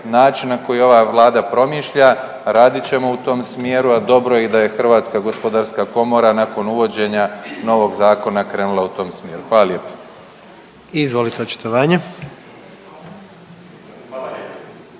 način na koji ova Vlada promišlja. Radit ćemo u tom smjeru, a dobro je i da je HGK nakon uvođenja novog zakona krenula u tom smjeru. Hvala lijepo. **Jandroković,